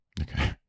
Okay